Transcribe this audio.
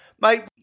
Mate